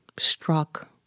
struck